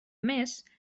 més